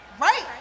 Right